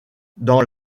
dans